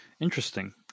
Interesting